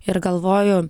ir galvoju